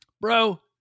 Bro